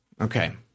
Okay